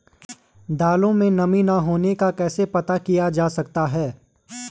दालों में नमी न होने का कैसे पता किया जा सकता है?